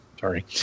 Sorry